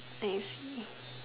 savely